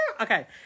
Okay